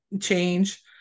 change